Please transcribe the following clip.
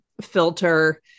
filter